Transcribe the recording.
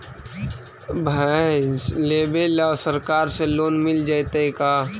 भैंस लेबे ल सरकार से लोन मिल जइतै का?